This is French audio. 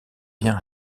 bien